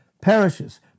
perishes